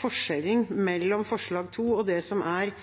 forskjellen mellom forslag nr. 2 og det som er